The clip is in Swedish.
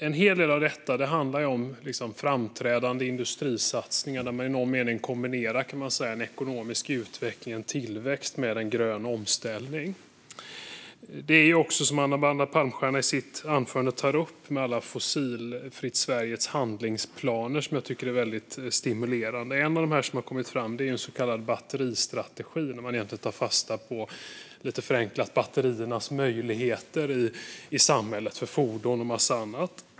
En hel del av detta handlar om framträdande industrisatsningar där man i någon mening kombinerar ekonomisk utveckling och tillväxt med grön omställning. Amanda Palmstierna tog i sitt anförande upp Fossilfritt Sveriges alla handlingsplaner, som jag tycker är väldigt stimulerande. En av dessa är en så kallad batteristrategi, där man lite förenklat tar fasta på batteriernas möjligheter i samhället för fordon och en massa annat.